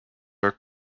are